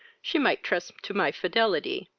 she might trust to my fidelity?